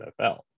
NFL